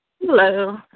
Hello